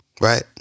Right